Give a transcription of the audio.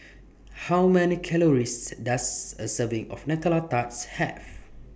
How Many Calories Does A Serving of Nutella Tart Have